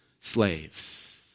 slaves